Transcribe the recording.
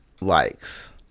likes